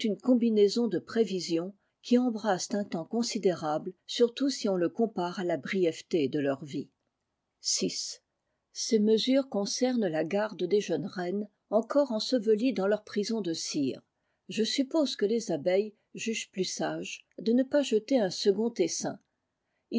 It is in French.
une combinaison de prévisions qui embrassent un temps considérable surtout si on le compare à la brièveté de leur vie vi ces mesures concernent la garde des jeunes reines encore ensevelies dans leurs prisons de cire je suppose que les abeilles jugent is sage ne pas jeter un second